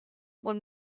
when